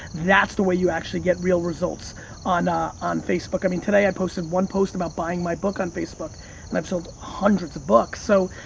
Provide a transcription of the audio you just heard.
that's the way you actually get real results on ah on facebook. i mean today, i posted one post about buying my post on facebook and i've sold hundreds of books. so,